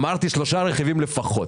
אמרתי: שלושה רכיבים לפחות.